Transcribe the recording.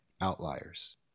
outliers